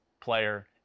player